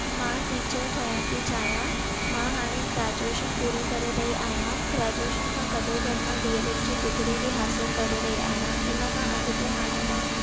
मां टीचर ठहण थी चाहियां मां हाणे ग्रेजूएशन पूरी करे रही आहियां ग्रेजूएशन सां गॾो गॾु मां डी ऐल ऐड जी डिग्री बि हासिलु करे रही आहियां इन खां अॻिते हाणे मां